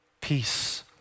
peace